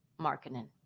Markkinen